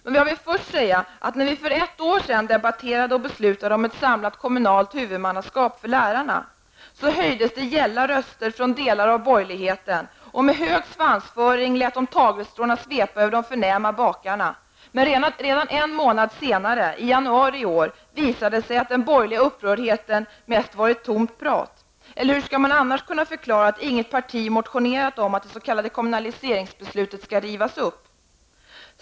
Låt mig först säga att när vi för ett år sedan debatterade och beslutade om ett samlat kommunalt huvudmannaskap för lärarna höjdes det gälla röster från delar av borgerligheten, och med hög svansföring lät de tagelstråna svepa över de förnäma bakarna. Redan en månad senare, i januari i år, visade det sig att den borgerliga upprördheten mest varit tomt prat, eller hur skall man annars förklara att inget parti motionerat om att det s.k. kommunaliseringsbeslutet skall rivas upp?